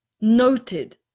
noted